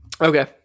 Okay